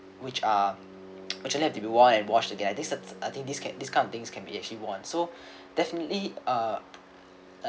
which uh actually have worn and wash again I think cer~ I think this this kind of things can be actually worn so definitely uh